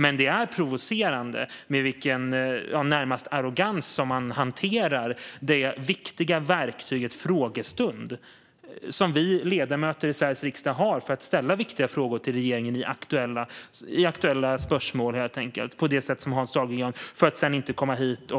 Men det är provocerande med den närmast arrogans som man hanterar det viktiga verktyget frågestund som vi ledamöter i Sveriges riksdag har för att ställa viktiga frågor till regeringen i aktuella spörsmål på det sätt som Hans Dahlgren gör för att sedan inte komma hit